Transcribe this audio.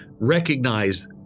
recognize